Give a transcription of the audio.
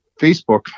Facebook